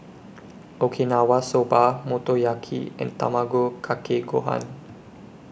Okinawa Soba Motoyaki and Tamago Kake Gohan